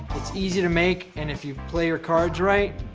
its easy to make and if you play your cards right,